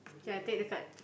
okay I take the card